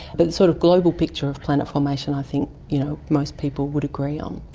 the sort of global picture of planet formation i think you know most people would agree on.